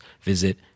visit